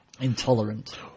intolerant